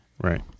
Right